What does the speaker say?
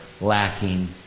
lacking